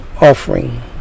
offering